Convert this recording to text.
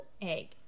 egg